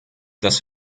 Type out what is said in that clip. dass